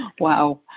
Wow